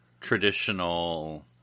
traditional